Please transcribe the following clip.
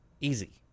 Easy